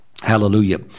Hallelujah